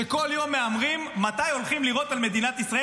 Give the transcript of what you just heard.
בזמן שכל יום מהמרים מתי הולכים לירות על מדינת ישראל.